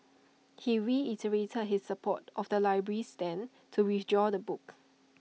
he reiterated his support of the library's stand to withdraw the books